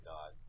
God